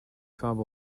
farbe